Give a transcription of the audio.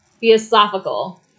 Philosophical